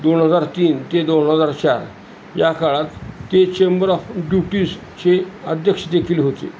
दोन हजार तीन ते दोन हजार चार या काळात ते चेंबर ऑफ ड्यूटीजचे अध्य्यक्ष देखील होते